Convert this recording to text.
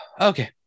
Okay